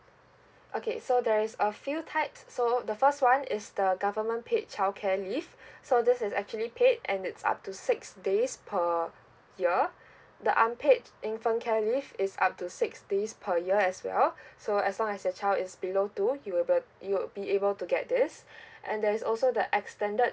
okay so there is a few types so the first one is the government paid childcare leave so this is actually paid and it's up to six days per year the unpaid infant care leave is up to six days per year as well so as long as your child is below two you will be you'll be able to get this and there is also the extended